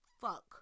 fuck